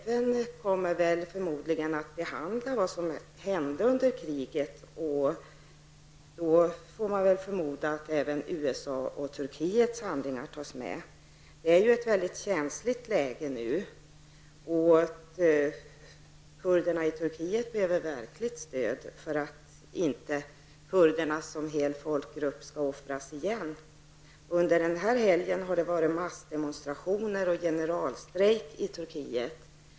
FN kommer förmodligen att utreda vad som hände under kriget och då får man väl anta att även USAs och Turkiets handlingar tas med. Läget är ju mycket känsligt just nu. Turkiets kurder behöver verkligen stöd för att inte kurderna som folkgrupp på nytt blir offrade. Under den senaste helgen har det varit massdemonstrationer och generalstrejk i Turkiet.